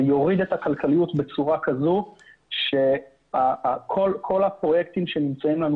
זה יוריד את הכלכליות בצורה כזאת שכל הפרויקטים שנמצאים אצלנו